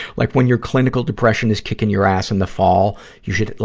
like, when your clinical depression is kicking your ass in the fall, you should, like,